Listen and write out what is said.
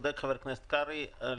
צודק חבר הכנסת קרעי,